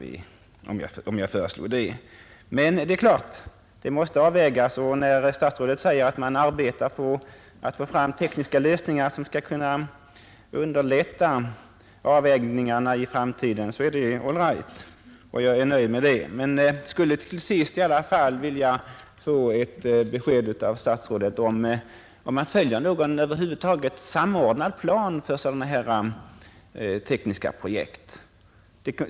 Det är klart att man måste göra en avvägning, och när statsrådet Wickman säger att man arbetar på att få fram tekniska lösningar som skall kunna underlätta sådana avvägningar i framtiden, så är det bra. Jag skulle till sist i alla fall vilja ha ett besked av statsrådet om man över huvud taget följer någon samordnad plan för sådana här tekniska projekt.